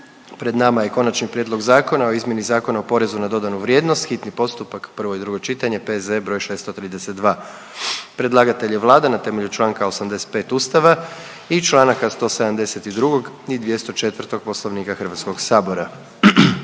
Pred nama je: - Konačni prijedlog zakona o izmjeni Zakona o porezu na dodanu vrijednost, hitni postupak, prvo i drugo čitanje, br. 632. Predlagatelj je Vlada na temelju čl. 85. Ustava i čl. 172. i 204. Poslovnika HS.